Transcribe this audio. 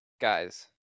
guys